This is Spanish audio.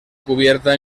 cubierta